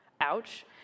ouch